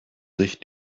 sich